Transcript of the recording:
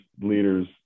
leaders